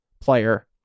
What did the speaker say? player